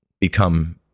become